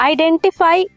Identify